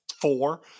four